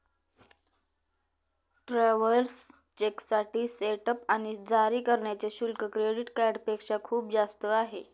travellers चेकसाठी setup आणि जारी करण्याचे शुल्क क्रेडिट कार्डपेक्षा खूप जास्त आहे